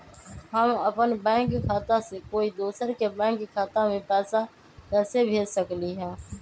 हम अपन बैंक खाता से कोई दोसर के बैंक खाता में पैसा कैसे भेज सकली ह?